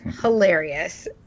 hilarious